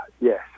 yes